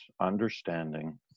understanding